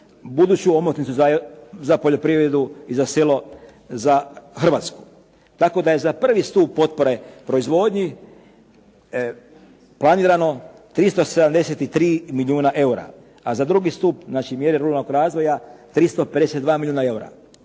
buduću omotnicu za poljoprivredu i za selo za Hrvatsku. Tako da je za prvi stup potpore proizvodnji planirano 373 milijuna eura, a za drugi stup, znači mjere ruralnog razvoja, 352 milijuna eura.